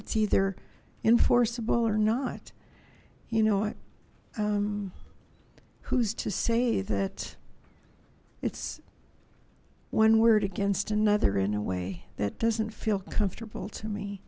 it's either enforceable or not you know it who's to say that it's one word against another in a way that doesn't feel comfortable to me